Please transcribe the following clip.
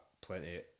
plenty